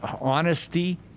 honesty